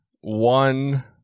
one